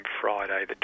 Friday